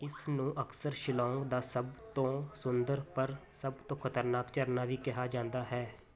ਇਸ ਨੂੰ ਅਕਸਰ ਸ਼ਿਲੌਂਗ ਦਾ ਸਭ ਤੋਂ ਸੁੰਦਰ ਪਰ ਸਭ ਤੋਂ ਖਤਰਨਾਕ ਝਰਨਾ ਵੀ ਕਿਹਾ ਜਾਂਦਾ ਹੈ